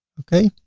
okay.